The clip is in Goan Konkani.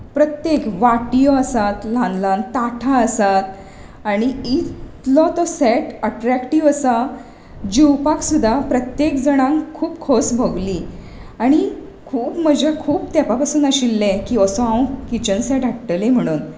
प्रत्येक वाटयो आसात ल्हान ल्हान ताटां आसात आनी इतलो तो सॅट अटरेक्टीव आसा जेवपाक सुद्दां प्रत्येक जाणांक खूब खोस भोगली आनी खूब म्हणजें खूब तेंपा पसून आशिल्लें की असो हांव किचन सॅट हाडटलें म्हणून